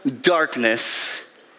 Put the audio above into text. darkness